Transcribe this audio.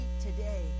today